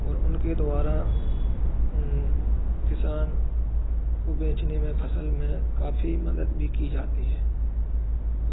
और उनके द्वारा किसान को बेचने में फसल में काफी मदद भी की जाती है